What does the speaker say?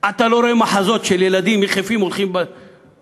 אתה לא רואה מחזות של ילדים יחפים הולכים בשטחים,